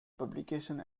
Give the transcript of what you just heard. publication